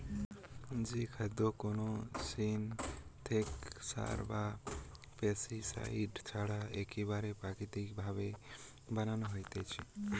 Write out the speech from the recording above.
যেই খাদ্য কোনো সিনথেটিক সার বা পেস্টিসাইড ছাড়া একেবারে প্রাকৃতিক ভাবে বানানো হতিছে